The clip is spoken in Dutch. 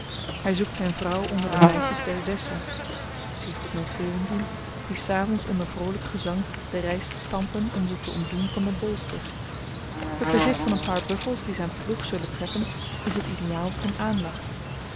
hy zoekt zyn vrouw onder de meisjes der dessah die s avends onder vroolyk gezang de ryst stampen om ze te ontdoen van den bolster het bezit van een paar buffels die zyn ploeg zullen trekken is t ideaal dat hem aanlacht